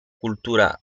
cultura